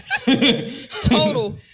total